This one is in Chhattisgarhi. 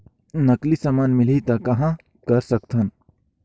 नकली समान मिलही त कहां कर सकथन?